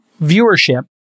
viewership